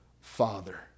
Father